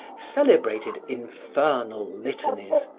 celebrated infernal litanies,